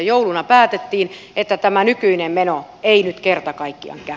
jouluna päätettiin että tämä nykyinen meno ei nyt kerta kaikkiaan käy